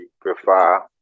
prefer